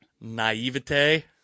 naivete